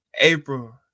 April